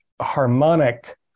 harmonic